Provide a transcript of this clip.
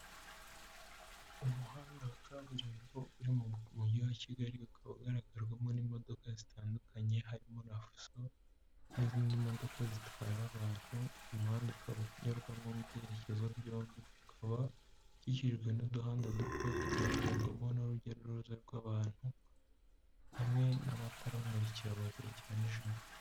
Umuhanda wa kaburimbo uri mu mujyi wa Kigali ukaba ugaragarwamo n'imodoka zitandukanye harimo na fuso n'izindi modoka zitwara abantu, uyu muhanda ukaba unyurwamo mu byerekezo byombi, ukaba ukikijwe n'uduhanda duto tugaragarwamo n'urujya n'uruza rw'abantu, hamwe n'amatara awumurikira mu gihe cya n'ijoro.